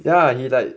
ya he like